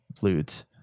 loot